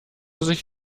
sich